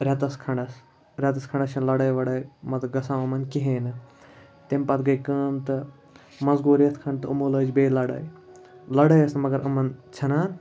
رٮ۪تَس کھَنٛڈَس رٮ۪تھَس کھںٛڈَس چھَنہٕ لَڑٲے وَڑٲے مَتہٕ گژھان یِمَن کِہیٖنۍ نہٕ تمہِ پَتہٕ گٔے کٲم تہٕ منٛزٕ گوٚو رٮ۪تھ کھٔنٛڈ تہٕ یِمو لٲج بیٚیہِ لَڑٲے لَڑٲے ٲس نہٕ مگر یِمَن ژھٮ۪نان